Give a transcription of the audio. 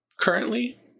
currently